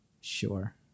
Sure